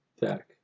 deck